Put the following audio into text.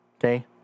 Okay